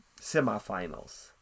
semifinals